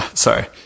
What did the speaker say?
Sorry